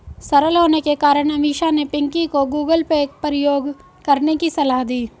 सरल होने के कारण अमीषा ने पिंकी को गूगल पे प्रयोग करने की सलाह दी